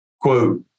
quote